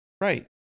Right